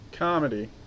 Comedy